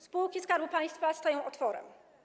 Spółki Skarbu Państwa stoją otworem.